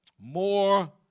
More